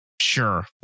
Sure